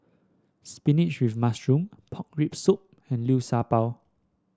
spinach with mushroom Pork Rib Soup and Liu Sha Bao